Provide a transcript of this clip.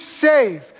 save